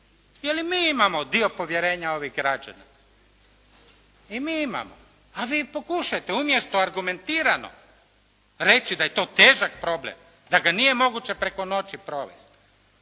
jer i mi imamo dio povjerenja ovih građana. I mi imamo, a vi pokušajte umjesto argumentirano reći da je to težak problem, da ga nije moguće preko noći provesti